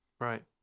right